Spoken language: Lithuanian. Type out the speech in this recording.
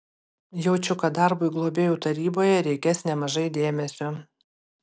jaučiu kad darbui globėjų taryboje reikės nemažai dėmesio